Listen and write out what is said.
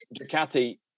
Ducati